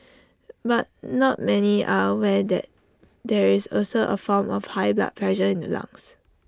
but not many are aware that there is also A form of high blood pressure in the lungs